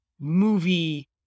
movie